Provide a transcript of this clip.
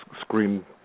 screen